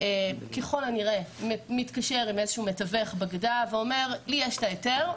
ככול הנראה מתקשר לאיזשהו מתווך בגדה ואומר: יש לי את ההיתר,